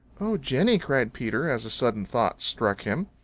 oh, jenny, cried peter, as a sudden thought struck him.